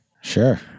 sure